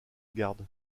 garde